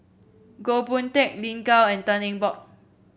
Goh Boon Teck Lin Gao and Tan Eng Bock